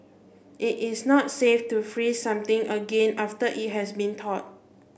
it is not safe to freeze something again after it has been thawed